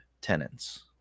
tenants